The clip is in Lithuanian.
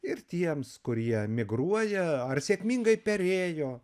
ir tiems kurie migruoja ar sėkmingai perėjo